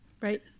Right